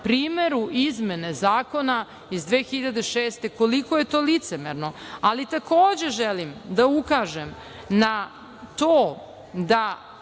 na primeru izmene zakona iz 2006. godine koliko je to licemerno. Ali, takođe želim da ukažem na to da